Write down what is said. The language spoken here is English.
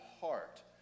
heart